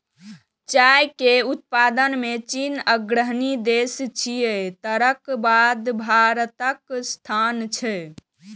चाय के उत्पादन मे चीन अग्रणी देश छियै, तकर बाद भारतक स्थान छै